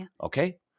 Okay